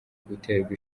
guterwa